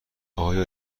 آیا